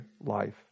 life